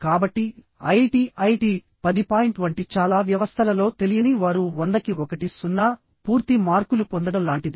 కాబట్టి IIT 10 point వంటి చాలా వ్యవస్థలలో తెలియని వారు 100 కి 1 00 పూర్తి మార్కులు పొందడం లాంటిది